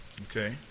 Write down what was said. Okay